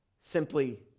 simply